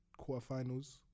quarterfinals